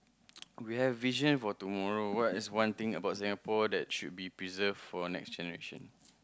we have vision for tomorrow what is one thing about Singapore that should be preserve for next generation